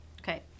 Okay